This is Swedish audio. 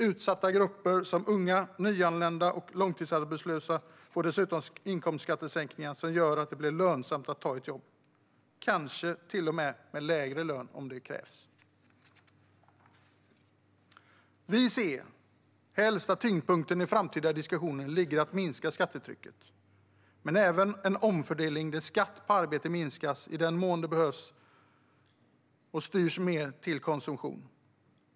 Utsatta grupper som unga, nyanlända och långtidsarbetslösa får dessutom inkomstskattesänkningar som gör att det blir lönsamt att ta ett jobb - kanske till lägre lön om så krävs. Vi ser helst att tyngdpunkten i framtida diskussioner ligger på att minska skattetrycket men även på en omfördelning där skatt på arbete minskas och i den mån det behövs styrs mer till konsumtion.